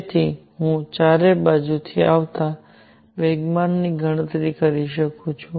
તેથી હું ચારે બાજુથી આવતા વેગમાનની ગણતરી કરી શકું છું